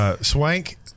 Swank